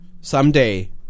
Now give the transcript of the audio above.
someday